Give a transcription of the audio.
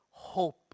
Hope